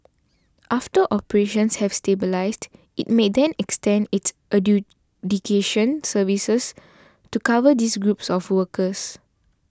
after operations have stabilised it may then extend its adjudication services to cover these groups of workers